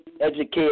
educate